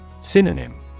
Synonym